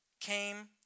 came